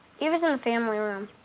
eva's in the family room.